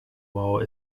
while